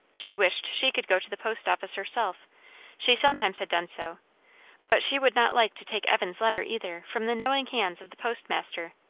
she wished she could go to the post office herself she sometimes had done so but she would not like to take evan's letter, either, from the knowing hands of the postmaster.